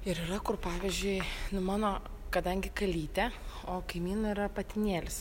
ir yra kur pavyzdžiui mano kadangi kalytė o kaimynų yra patinėlis